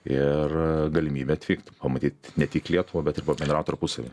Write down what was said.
ir galimybe atvykt pamatyt ne tik lietuvą bet ir pabendraut tarpusavyje